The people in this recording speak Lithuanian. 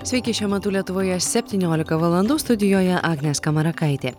sveiki šiuo metu lietuvoje septyniolika valandų studijoje agnė skamarakaitė